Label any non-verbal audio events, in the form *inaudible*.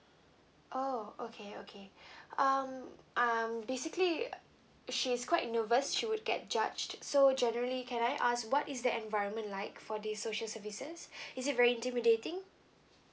oh okay okay *breath* um um basically she's quite nervous she would get judged *breath* so generally can I ask what is the environment like for the social services *breath* is it very intimidating